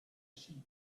sheep